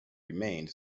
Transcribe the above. remained